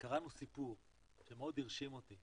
קראנו סיפור שמאוד הרשים אותי